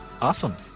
awesome